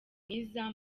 mwiza